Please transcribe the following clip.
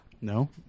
No